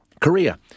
Korea